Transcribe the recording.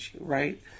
right